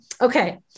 okay